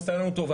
עשתה לנו טובה.